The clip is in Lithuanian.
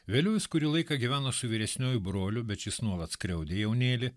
vėliau jis kurį laiką gyveno su vyresniuoju broliu bet šis nuolat skriaudė jaunėlį